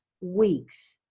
weeks